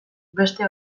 beste